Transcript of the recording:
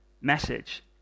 message